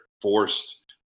forced